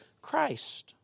Christ